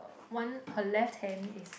one her left hand is